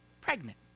pregnant